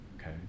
okay